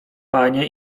panie